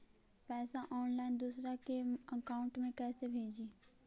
पैसा ऑनलाइन दूसरा के अकाउंट में कैसे भेजी?